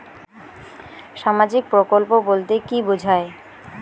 সামাজিক প্রকল্প বলতে কি বোঝায়?